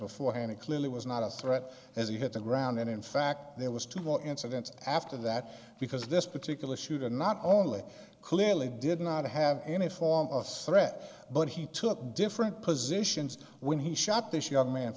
beforehand it clearly was not a threat as he hit the ground and in fact there was two more incidents after that because this particular shooter not only clearly did not have any form of threat but he took different positions when he shot this young man